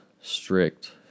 strict